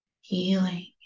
healing